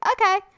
okay